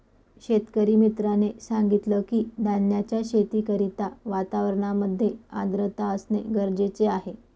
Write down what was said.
शेतकरी मित्राने सांगितलं की, धान्याच्या शेती करिता वातावरणामध्ये आर्द्रता असणे गरजेचे आहे